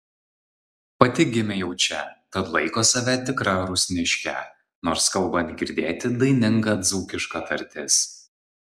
pati gimė jau čia tad laiko save tikra rusniške nors kalbant girdėti daininga dzūkiška tartis